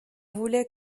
voulait